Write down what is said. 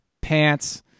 pants